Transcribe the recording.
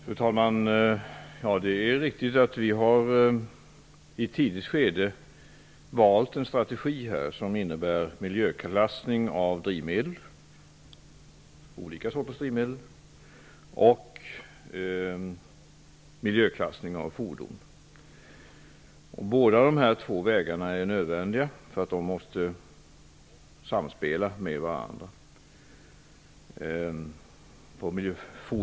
Fru talman! Det är riktigt att vi i ett tidigt skede har valt en strategi som innebär miljöklassning av olika sorters drivmedel och av fordon. Båda de här två vägarna är nödvändiga eftersom de måste samspela med varandra.